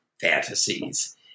fantasies